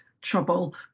trouble